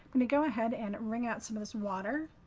and go ahead and ring out some of its water